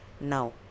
now